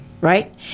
Right